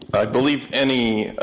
i believe any,